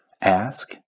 Ask